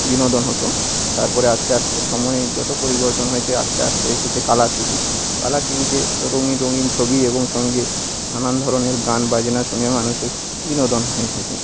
বিনোদন হতো তারপরে আস্তে আস্তে সময় যত পরিবর্তন হয়েছে আস্তে আস্তে এসেছে colour T V colour T ভিতে রঙিন রঙিন ছবি এবং সঙ্গে নানান ধরনের গান বাজনা শুনে মানুষের বিনোদন হয়ে থাকে